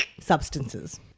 Substances